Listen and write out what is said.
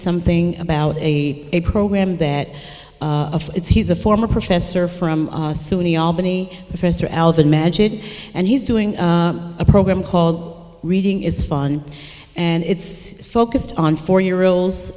something about a a program that it's he's a former professor from suny albany professor alvin magid and he's doing a program called reading is fun and it's focused on four year olds